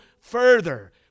further